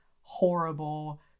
horrible